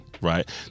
Right